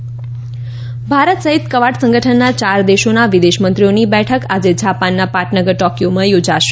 Quad બેઠક ભારત સહિત Quad સંગઠનના ચાર દેશોના વિદેશમંત્રીઓની બેઠક આજે જાપાનના પાટનગર ટોકિયોમાં યોજાશે